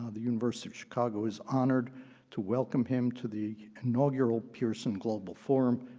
ah the university of chicago is honored to welcome him to the inaugural pearson global forum.